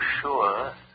sure